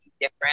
different